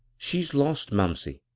she's lost, mumsey,